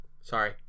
Sorry